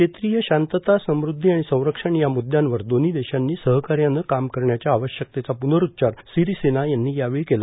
क्षेत्रीय शांतता समृद्धी आणि संरक्षण या मुद्यांवर दोन्ही देशांनी सहकार्यानं काम करण्याच्या आवश्यकतेचा पुनरूच्चार सिरीसेना यांनी यावेळी केला